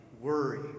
worry